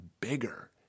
bigger